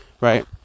Right